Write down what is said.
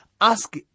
Ask